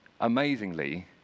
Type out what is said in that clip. amazingly